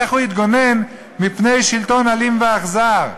איך הוא יתגונן מפני שלטון אלים ואכזר?